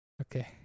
Okay